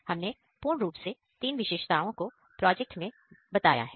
हमने पूर्ण रूप से तीन विशेषताओं को प्रोजेक्ट में बताया है